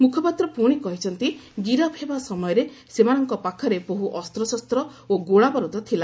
ମୁଖପାତ୍ର ପୁଣି କହିଛନ୍ତି ଗିରଫ ହେବା ସମୟରେ ସେମାନଙ୍କ ପାଖରେ ବହୁ ଅସ୍ତଶସ୍ତ ଓ ଗୋଳାବରୁଦ ଥିଲା